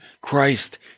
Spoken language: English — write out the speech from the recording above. Christ